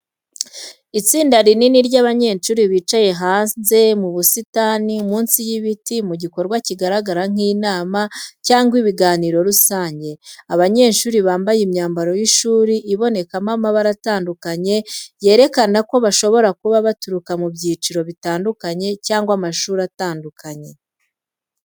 Itsinda rinini ry’abanyeshuri bicaye hanze mu busitani, munsi y’ibiti mu gikorwa kigaragara nk’inama cyangwa ibiganiro rusange. Abanyeshuri bambaye imyambaro y’ishuri iboneka mo amabara atandukanye yerekana ko bashobora kuba baturuka mu byiciro bitandukanye cyangwa amashuri atandukanye.